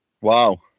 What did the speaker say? Wow